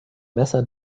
messer